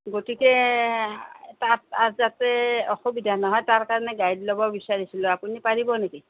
গতিকে তাত যাতে অসুবিধা নহয় তাৰকাৰণে গাইড ল'ব বিচাৰিছিলোঁ আপুনি পাৰিব নেকি